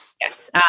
Yes